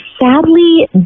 Sadly